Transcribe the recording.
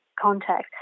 contact